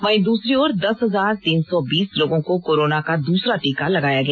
वहीं दूसरी ओर दस हजार तीन सौ बीस लोगों को कोरोना का दूसरा टीका लगाया गया